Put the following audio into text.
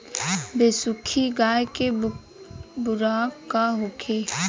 बिसुखी गाय के खुराक का होखे?